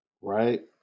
Right